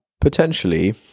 Potentially